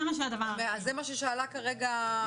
זה מה ששאלה כרגע היועצת המשפטית.